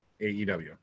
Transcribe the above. AEW